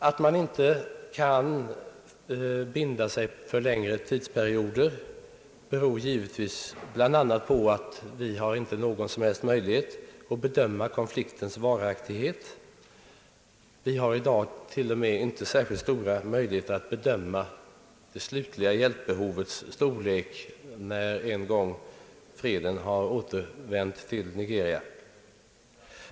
Att man inte kan binda sig för längre tidsperioder beror givetvis bl.a. på att vi inte har någon som helst möjlighet att bedöma konfliktens varaktighet. Vi har i dag inte ens särskilt stora möjligheter att bedöma det slutliga hjälpbehovets storlek när en gång freden har återvänt till Nigeria.